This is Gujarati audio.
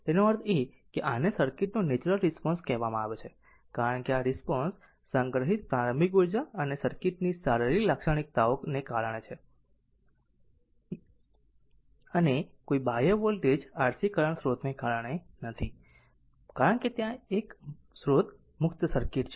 તેનો અર્થ એ કે આને સર્કિટ નો નેચરલ રિસ્પોન્સ કહેવામાં આવે છે કારણ કે આ રિસ્પોન્સ સંગ્રહિત પ્રારંભિક ઉર્જા અને સર્કિટ ની શારીરિક લાક્ષણિકતાઓ કારણે છે અને કોઈ બાહ્ય વોલ્ટેજ RC કરંટ સ્રોતને કારણે નથી કારણ કે ત્યાં એક સ્રોત મુક્ત સર્કિટ છે